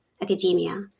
academia